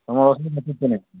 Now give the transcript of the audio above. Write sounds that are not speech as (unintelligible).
(unintelligible)